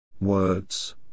Words